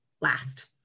last